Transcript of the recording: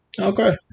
Okay